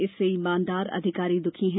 इससे ईमानदार अधिकारी दुखी है